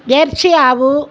Jersey ఆవు